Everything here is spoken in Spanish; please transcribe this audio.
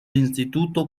instituto